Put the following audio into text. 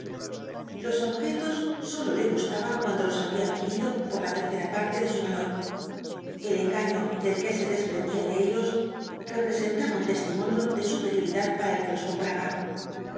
los objetos sólo le gustaban cuando los había adquirido por la tercera parte de su valor el engaño del que se desprendía de ellos representaba un testimonio de superioridad para el que los compraba